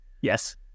Yes